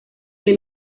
que